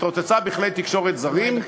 התרוצצה בכלי תקשורת זרים,